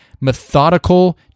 methodical